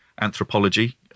anthropology